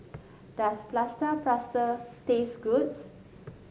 does plaster taste good